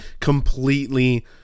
completely